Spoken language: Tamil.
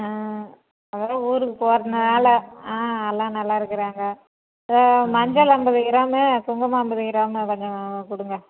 ஆ அதெல்லாம் ஊருக்கு போகிறதுனால ஆ எல்லாம் நல்லாயிருக்குறாங்க மஞ்சள் ஐம்பது கிராமு குங்குமம் ஐம்பது கிராமு கொஞ்சம் கொடுங்க